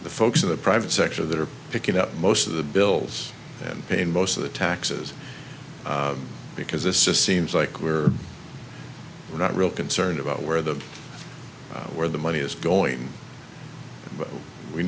the folks in the private sector that are picking up most of the bills and pay most of the taxes because it's just seems like we're not real concerned about where the where the money is going